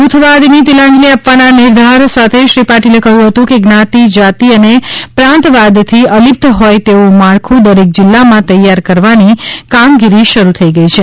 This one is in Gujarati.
જુથવાદની તિલાંજલિ આપવાના નિર્ધાર સાથે શ્રી પાટિલે કહ્યું હતું કે જ્ઞાતી જાતિ અને પ્રાંતવાદથી અલિપ્ત હોય તેવું માળખું દરેક જિલ્લામાં તૈયાર કરવાની કામગીરી શરૂ થઈ ગઈ છે